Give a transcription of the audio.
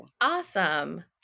Awesome